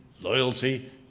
loyalty